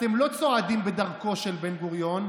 אתם לא צועדים בדרכו של בן-גוריון,